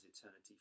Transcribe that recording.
eternity